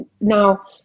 Now